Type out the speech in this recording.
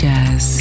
Jazz